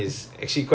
ya